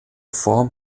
form